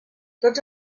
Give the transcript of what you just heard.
tots